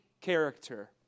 character